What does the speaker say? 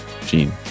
Gene